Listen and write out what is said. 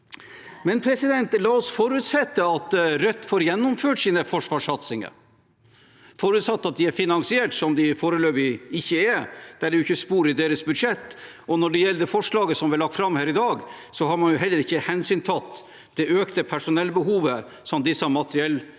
lavt tall. La oss forutsette at Rødt får gjennomført sine forsvarssatsinger, forutsatt at de er finansiert, som de foreløpig ikke er, det er ikke spor i deres budsjett. Når det gjelder forslaget som ble lagt fram her i dag, har man heller ikke hensyntatt det økte personellbehovet som disse